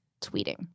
tweeting